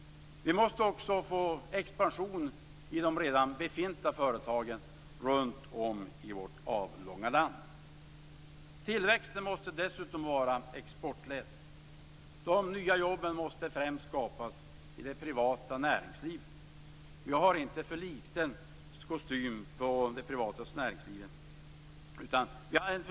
Vi måste också få expansion i de redan befintliga företagen runt om i vårt avlånga land. Tillväxten måste dessutom vara exportledd. De nya jobben måste främst skapas i det privata näringslivet. Vi har en för liten kostym till det privata näringslivet.